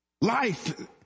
Life